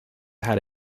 had